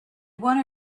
one